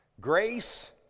Grace